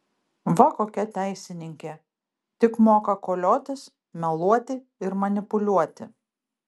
va kokia teisininkė tik moka koliotis meluoti ir manipuliuoti